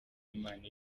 imana